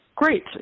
Great